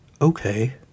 Okay